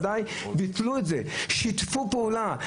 שיתפו פעולה.